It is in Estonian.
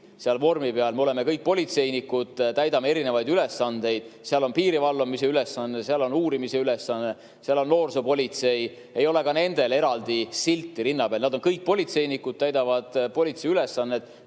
silt vormi peal. Me oleme kõik politseinikud, täidame erinevaid ülesandeid: on piirivalvamisülesanne, on uurimisülesanne, on noorsoopolitsei. Ei ole ka nendel eraldi silti rinna peal. Nad on kõik politseinikud, täidavad politsei ülesandeid,